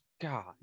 God